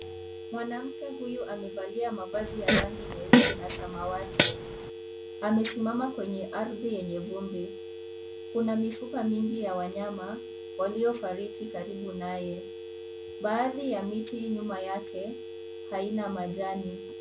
Mwanamke huyu amevalia mavazi ya rangi nyeusi na samawati. Amesimama kwenye ardhi yenye vumbi. Kuna mifupa mingi ya wanyama waliofariki karibu naye. Baadhi ya miti nyuma yake haina majani.